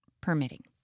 permitting